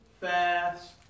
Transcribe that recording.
fast